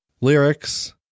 lyrics